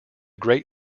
great